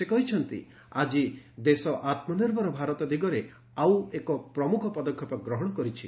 ସେ କହିଛନ୍ତି ଆଜି ଦେଶ ଆତ୍ମନିର୍ଭର ଭାରତ ଦିଗରେ ଆଉ ଏକ ପ୍ରମୁଖ ପଦକ୍ଷେପ ଗ୍ରହଣ କରିଛି